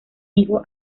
hijo